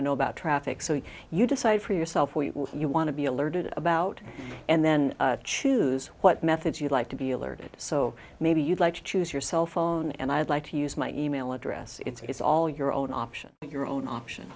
to know about traffic so you decide for yourself or you will you want to be alerted about and then choose what methods you'd like to be alerted so maybe you'd like to choose your cell phone and i would like to use my e mail address it's all your own option but your own option